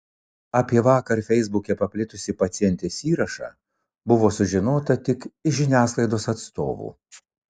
apie vakar feisbuke paplitusį pacientės įrašą buvo sužinota tik iš žiniasklaidos atstovų